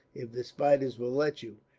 if the spiders will let you,